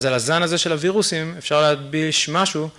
אז על הזן הזה של הווירוסים אפשר להדביש משהו.